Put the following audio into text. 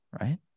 right